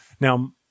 Now